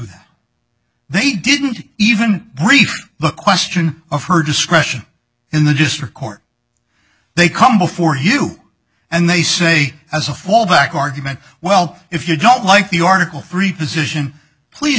that they didn't even brief the question of her discretion in the district court they come before you and they say as a fallback argument well if you don't like the article three position please